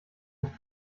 nicht